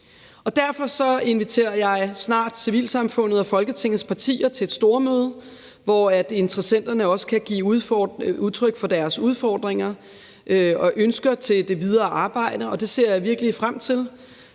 Derfor inviterer jeg snart civilsamfundet og Folketingets partier til et stormøde, hvor interessenterne også kan give udtryk for deres udfordringer og ønsker til det videre arbejde, og det ser virkelig frem til.